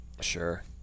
sure